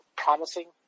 Promising